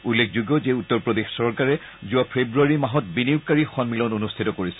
উল্লেখযোগ্য যে উত্তৰ প্ৰদেশ চৰকাৰে যোৱা ফেব্ৰুৱাৰী মাহত বিনিয়োগকাৰী সম্মিলন অনুষ্ঠিত কৰিছিল